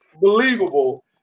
believable